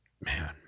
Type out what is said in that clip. Man